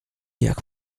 jak